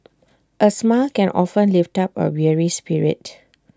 A smile can often lift up A weary spirit